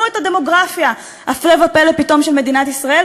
את הדמוגרפיה הפלא ופלא פתאום של מדינת ישראל,